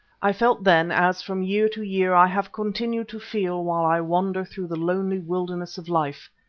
i felt then, as from year to year i have continued to feel while i wander through the lonely wilderness of life,